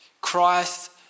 Christ